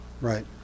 Right